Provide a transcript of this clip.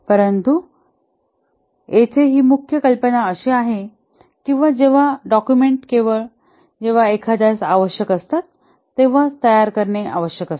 परंतु येथे ही मुख्य कल्पना अशी आहे की जेव्हा डॉक्युमेंट केवळ जेव्हा एखाद्यास आवश्यक असतात तेव्हाच तयार करणे आवश्यक असते